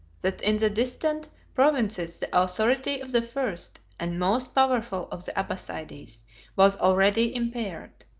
that in the distant provinces the authority of the first and most powerful of the abbassides was already impaired.